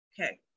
Okay